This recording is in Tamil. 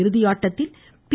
இறுதி ஆட்டத்தில் பி